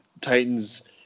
titans